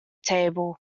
table